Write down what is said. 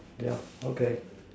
yeah okay